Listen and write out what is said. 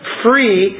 free